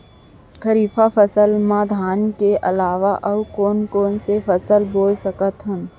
खरीफ फसल मा धान के अलावा अऊ कोन कोन से फसल बो सकत हन?